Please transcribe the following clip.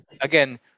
again